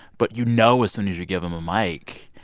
but you know as soon as you give them a mic,